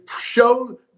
show